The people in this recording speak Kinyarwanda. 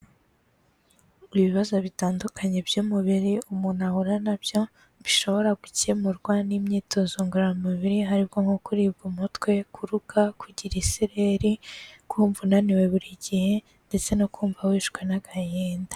Ibibazo bitandukanye by'umubiri umuntu ahura nabyo, bishobora gukemurwa n'imyitozo ngororamubiri, harimo nko kuribwa umutwe, kuruka, kugira isereri, kumva unaniwe buri gihe, ndetse no kumva wishwe n'agahinda.